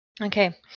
Okay